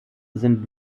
sind